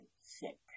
sick